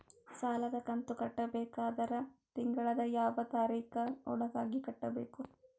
ಸಾಲದ ಕಂತು ಕಟ್ಟಬೇಕಾದರ ತಿಂಗಳದ ಯಾವ ತಾರೀಖ ಒಳಗಾಗಿ ಕಟ್ಟಬೇಕು?